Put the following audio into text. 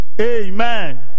Amen